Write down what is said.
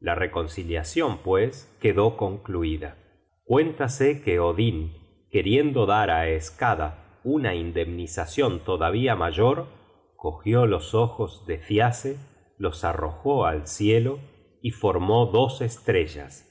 la reconciliacion pues quedó concluida cuéntase que odin queriendo dar á skada una indemnizacion todavía mayor cogió los ojos de thiasse los arrojó al cielo y formó dos estrellas